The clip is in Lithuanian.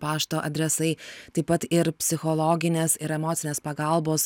pašto adresai taip pat ir psichologinės ir emocinės pagalbos